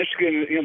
Michigan